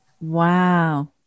Wow